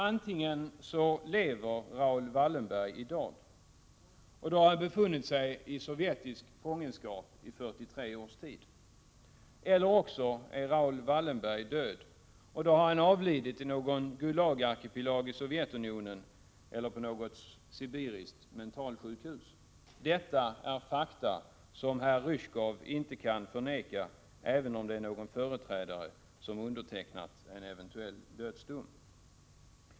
Antingen lever nämligen Raoul Wallenberg i dag, och då har han befunnit sig i sovjetisk fångenskap i 43 års tid, eller också är Roul Wallenberg död, och då har han avlidit i någon Gulagarkipelag i Sovjetunionen eller på något sibiriskt mentalsjukhus. Detta är fakta som herr Ryzjkov inte kan förneka, även om det är någon företrädare som undertecknat en eventuell dödsdom.